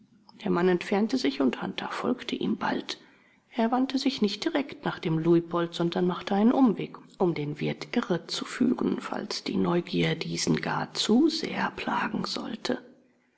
der mann entfernte sich und hunter folgte ihm bald er wandte sich nicht direkt nach dem luitpold sondern machte einen umweg um den wirt irrezuführen falls die neugier diesen gar zu sehr plagen sollte